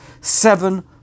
seven